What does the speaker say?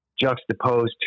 juxtaposed